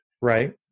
right